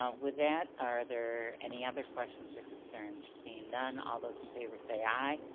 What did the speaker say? um with that, are there any other questions or concerns? seeing none, all those in favor say aye.